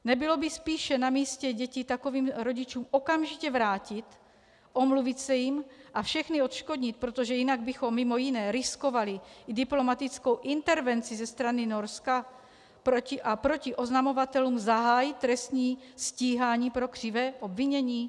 Nebylo by spíše namístě děti takovým rodičům okamžitě vrátit, omluvit se jim a všechny odškodnit, protože jinak bychom mimo jiné riskovali i diplomatickou intervenci ze strany Norska, a proti oznamovatelům zahájit trestní stíhání pro křivé obvinění?